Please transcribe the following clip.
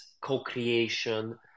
co-creation